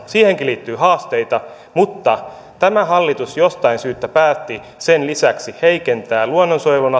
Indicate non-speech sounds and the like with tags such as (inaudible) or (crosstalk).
siihenkin liittyy haasteita mutta tämä hallitus jostain syystä päätti sen lisäksi heikentää luonnonsuojelun (unintelligible)